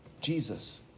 Jesus